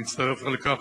אני מצטרף לכך.